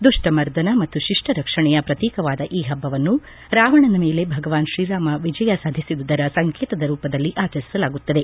ದುಪ್ಪ ಮರ್ದನ ಶಿಷ್ಪ ರಕ್ಷಣೆಯ ಪ್ರತೀಕವಾದ ಈ ಹಬ್ಬವನ್ನು ರಾವಣನ ಮೇಲೆ ಭಗವಾನ್ ಶ್ರೀರಾಮ ವಿಜಯ ಸಾಧಿಸಿದ್ದರ ಸಂಕೇತದ ರೂಪದಲ್ಲಿ ಆಚರಿಸಲಾಗುತ್ತದೆ